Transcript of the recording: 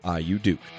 IU-Duke